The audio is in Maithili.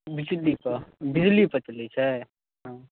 बिजलीपर बिजलीपर चलैत छै ओ